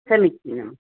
समीचीनम्